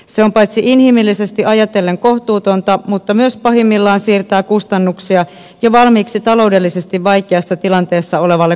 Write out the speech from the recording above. se on paitsi inhimillisesti ajatellen kohtuutonta myös pahimmillaan siirtää kustannuksia jo valmiiksi taloudellisesti vaikeassa tilanteessa olevalle kuntasektorille